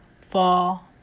Fall